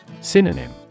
Synonym